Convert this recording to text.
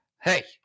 Hey